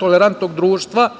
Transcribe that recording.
tolerantnog društva